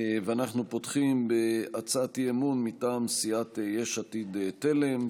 ואנחנו פותחים בהצעת אי-אמון מטעם סיעת יש עתיד-תל"ם,